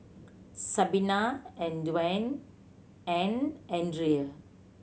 Sabina and Duane and Andrea